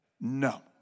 no